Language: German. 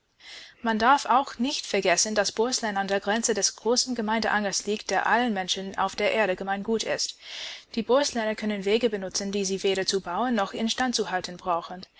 man darf auch nicht vergessen daß bohuslän an der grenze des großen gemeindeangers liegt der allen menschen auf der erde gemeingut ist die bohusläner können wege benutzen die sie weder zu bauen noch instand zu halten brauchen